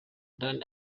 dani